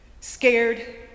Scared